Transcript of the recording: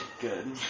good